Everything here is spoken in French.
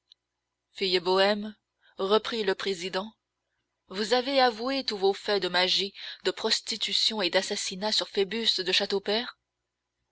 fille bohème reprit le président vous avez avoué tous vos faits de magie de prostitution et d'assassinat sur phoebus de